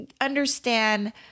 understand